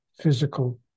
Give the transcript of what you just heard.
physical